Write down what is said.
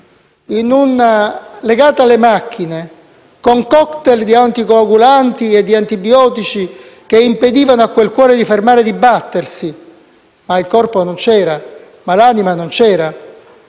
anni legata alle macchine con *cocktail* di anticoagulanti e antibiotici che impedivano al cuore di smettere di battere, ma il corpo e l'anima non c'erano